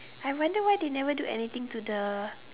I wonder why they never do anything to the